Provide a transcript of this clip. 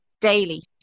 daily